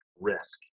risk